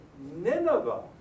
Nineveh